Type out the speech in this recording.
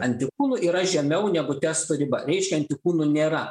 antikūnų yra žemiau negu testo riba reiškia antikūnų nėra